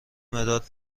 مداد